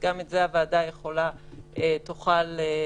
שעבר וגם את זה הוועדה תוכל לשנות.